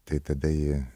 tai tada ji